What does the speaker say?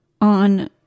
on